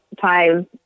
time